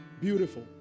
beautiful